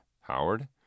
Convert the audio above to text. Howard